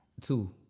Two